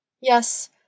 Yes